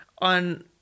on